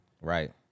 Right